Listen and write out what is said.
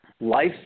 life